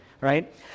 right